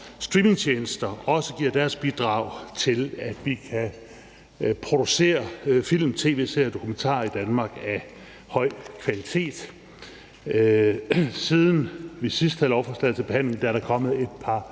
streamingtjenester også giver deres bidrag til, at vi kan producere film, tv-serier og dokumentarer i Danmark af høj kvalitet. Siden vi sidst havde lovforslaget til behandling, er der kommet et par